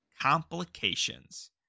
Complications